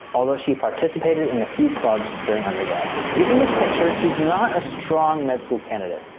although she participated in a few clubs during undergrad. given this picture, she's not a strong med school candidate.